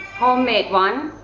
homemade one,